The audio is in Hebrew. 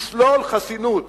לשלול חסינות